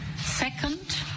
Second